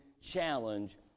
challenge